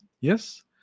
Yes